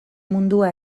mundua